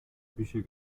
bücher